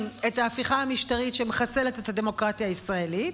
את ההפיכה המשטרית שמחסלת את הדמוקרטיה הישראלית.